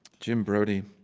jim brodey